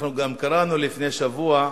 אנחנו גם קראנו לפני שבוע,